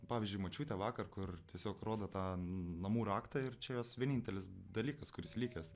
pavyzdžiui močiutė vakar kur tiesiog rodo tą namų raktą ir čia jos vienintelis dalykas kuris likęs